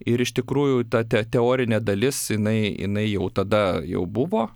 ir iš tikrųjų ta te teorinė dalis jinai jinai jau tada jau buvo